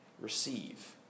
receive